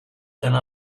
deny